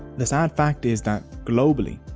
the sad fact is that globally,